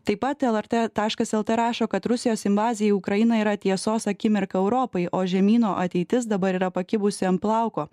taip pat lrt taškas lt rašo kad rusijos invazija į ukrainą yra tiesos akimirka europai o žemyno ateitis dabar yra pakibusi ant plauko